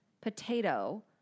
potato